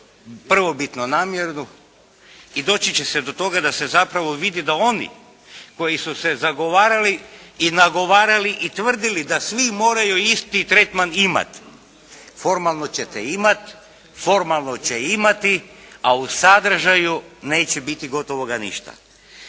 prvobitnu namjeru i doći će se do toga da se zapravo vidi da oni koji su se zagovarali i nagovarali, i tvrdili da svi moraju isti tretman imati formalno ćete imati, formalno će imati a u sadržaju neće biti gotovoga ništa.